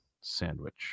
sandwich